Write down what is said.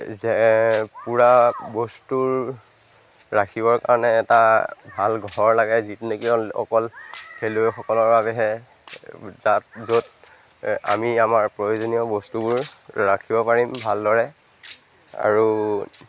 যে পূৰা বস্তুৰ ৰাখিবৰ কাৰণে এটা ভাল ঘৰ লাগে যিটো নেকি অকল খেলুৱৈসকলৰ বাবেহে যাত য'ত আমি আমাৰ প্ৰয়োজনীয় বস্তুবোৰ ৰাখিব পাৰিম ভালদৰে আৰু